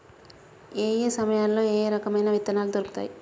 ఏయే సమయాల్లో ఏయే రకమైన విత్తనాలు దొరుకుతాయి?